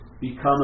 become